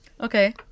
Okay